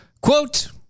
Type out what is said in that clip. Quote